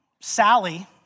Sally